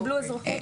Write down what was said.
קיבלו אזרחות.